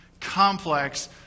complex